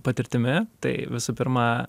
patirtimi tai visų pirma